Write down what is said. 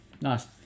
Nice